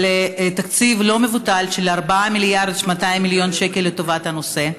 תקציב לא מבוטל של 4.2 מיליארד שקל לטובת הנושא.